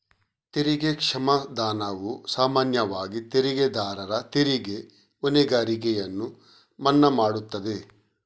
ತೆರಿಗೆ ಕ್ಷಮಾದಾನವು ಸಾಮಾನ್ಯವಾಗಿ ತೆರಿಗೆದಾರರ ತೆರಿಗೆ ಹೊಣೆಗಾರಿಕೆಯನ್ನು ಮನ್ನಾ ಮಾಡುತ್ತದೆ